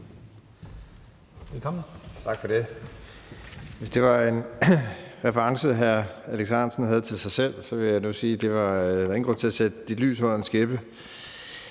Velkommen.